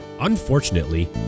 Unfortunately